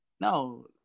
No